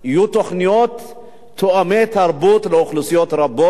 יהיו תוכניות תואמות תרבות לאוכלוסיות רבות